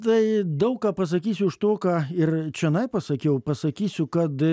tai daug ką pasakysiu iš to ką ir čionai pasakiau pasakysiu kad